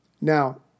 Now